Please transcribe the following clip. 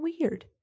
weird